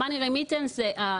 ה"מאני-רמיטנס" (העברת כספים),